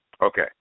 Okay